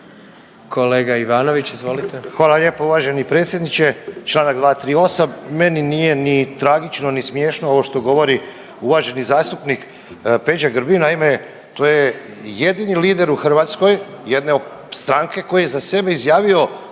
Kolega Ivanović, izvolite.